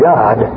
God